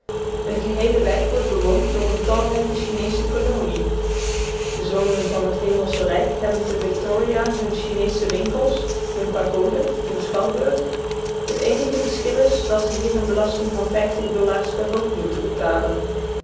een geheele wijk wordt bewoond door eene talrijke chineesche kolonie de zonen van het hemelsche rijk hebben te victoria hunne chineesche winkels hunne pagode hun schouwburg het eenige verschil is dat ze hier eene belasting van dollars per hoofd moeten betalen